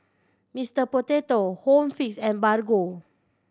Mister Potato Home Fix and Bargo